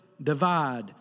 Divide